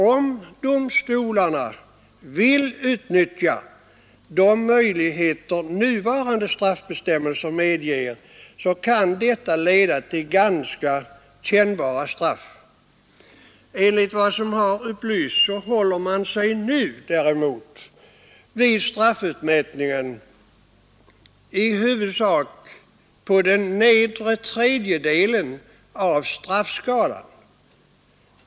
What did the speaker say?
Om domstolarna vill utnyttja de möjligheter nuvarande straffbestämmelser medger, så kan detta nämligen leda till ganska kännbara straff. Enligt vad som har upplysts håller man sig nu vid straffutmätningen på den nedre tredjedelen av straffskalan.